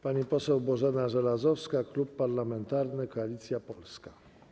Pani poseł Bożena Żelazowska, Klub Parlamentarny Koalicja Polska.